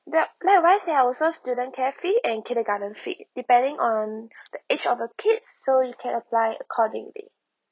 yup likewise there're also student care fee and kindergarten fee depending on the age of the kids so you can apply accordingly